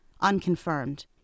unconfirmed